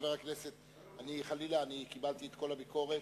אני לא אתן לזה יד.